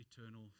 eternal